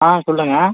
ஆ சொல்லுங்கள்